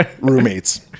roommates